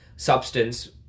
Substance